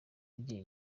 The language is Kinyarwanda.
rye